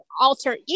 alter